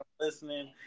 listening